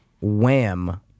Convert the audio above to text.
Wham